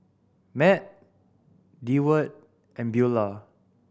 Matt Deward and Beaulah